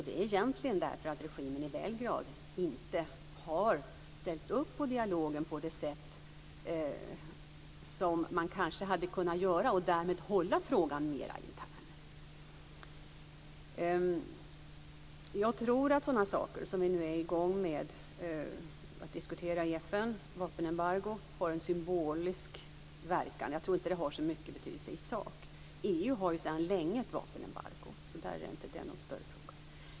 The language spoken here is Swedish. Det är egentligen därför att regimen i Belgrad inte har ställt på dialogen på det sätt som man kanske hade kunnat göra och därmed hålla frågan mera intern. Jag tror att sådana saker som vi nu är i gång med att diskutera i FN, ett vapenembargo, har en symbolisk verkan. Jag tror inte att det har så stor betydelse i sak. EU har sedan länge ett vapenembargo, så det är inte någon större fråga.